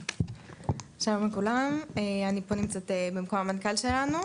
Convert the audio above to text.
שלום לכולם, אני פה נמצאת במקום המנכ"ל שלנו.